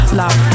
love